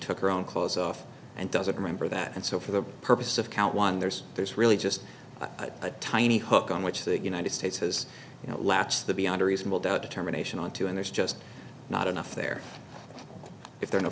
took her own clothes off and doesn't remember that and so for the purpose of count one there's there's really just a tiny hook on which the united states has latched the beyond a reasonable doubt determination on two and there's just not enough there if they're not